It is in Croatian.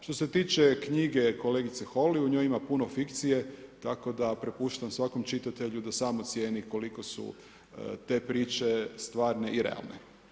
Što se tiče knjige kolegice Holy u njoj ima puno fikcije, tako da propuštam svakom čitatelju, da sam ocjeni, koliko su te priče stvarne i realne.